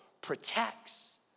protects